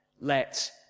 let